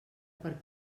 per